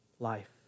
Life